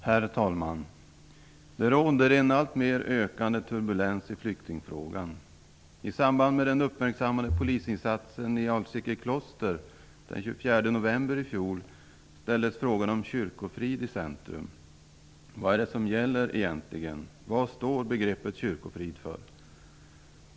Herr talman! Det råder en alltmer ökande turbulens i flyktingfrågan. I samband med den uppmärksammade polisinsatsen i Alsike kloster den 24 november i fjol ställdes frågan om kyrkofrid i centrum. Vad är det som gäller egentligen? Vad står begreppet kyrkofrid för?